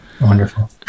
Wonderful